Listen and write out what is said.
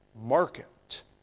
market